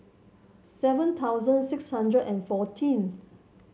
seven thousand six hundred and fourteen